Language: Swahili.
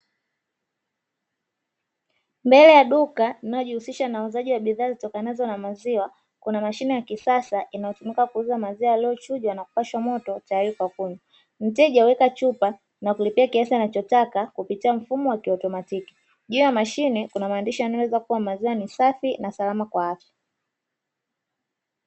Mbele ya duka linalojihusisha na uuzaji wa bidhaa zitokanazo na maziwa, kuna mashine ya kisasa inayotumika kuuza maziwa yaliyochujwa na kupashwa moto tayari kwa kunywa, mteja huweka chupa na kulipia kiasi anachotaka kupitia mfumo wa kiautomatiki, juu ya mashine kuna maandishi yanayoeleza kuwa maziwa ni safi na salama kwa afiya.